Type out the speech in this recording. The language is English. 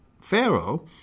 Pharaoh